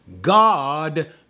God